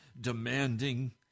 demanding